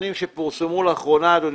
שפורסמו לאחרונה,